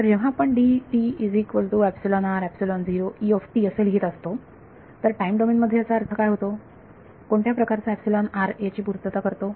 तर जेव्हा आपण असे लिहित असतो तर टाइम डोमेन मध्ये याचा अर्थ काय होतो कोणत्या प्रकारचा याची पूर्तता करतो